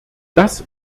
das